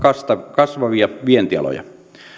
kasvavia vientialoja